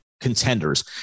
contenders